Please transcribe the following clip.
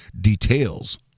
details